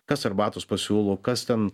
kas arbatos pasiūlo kas ten